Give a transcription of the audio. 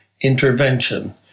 intervention